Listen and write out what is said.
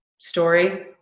story